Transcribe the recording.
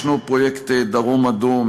ישנו פרויקט "דרום אדום".